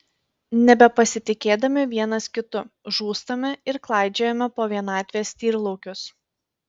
nebepasitikėdami vienas kitu žūstame ir klaidžiojame po vienatvės tyrlaukius